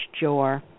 jaw